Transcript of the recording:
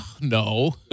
No